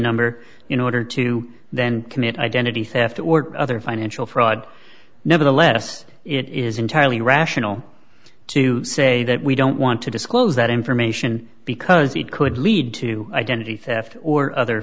number in order to then commit identity theft or other financial fraud nevertheless it is entirely rational to say that we don't want to disclose that information because it could lead to identity theft or other